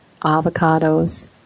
avocados